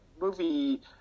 movie